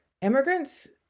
immigrants